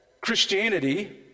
Christianity